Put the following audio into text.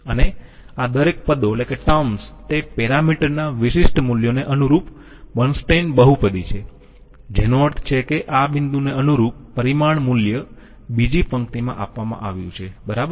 અને આ દરેક પદો તે પેરામીટર ના વિશિષ્ટ મૂલ્યને અનુરૂપ બર્નસ્ટેઈન બહુપદી છે જેનો અર્થ છે કે આ બિંદુને અનુરૂપ પરિમાણ મૂલ્ય બીજી પંક્તિમાં આપવામાં આવ્યું છે બરાબર